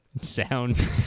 Sound